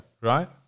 right